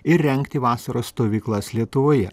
ir rengti vasaros stovyklas lietuvoje